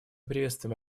приветствуем